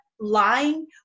lying